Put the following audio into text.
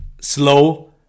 slow